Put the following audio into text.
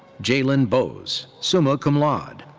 jaelyn bos, summa cum laude.